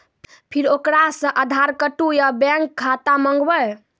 फिर ओकरा से आधार कद्दू या बैंक खाता माँगबै?